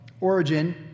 origin